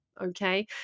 okay